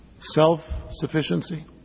self-sufficiency